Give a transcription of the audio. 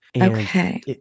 okay